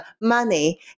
money